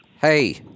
Hey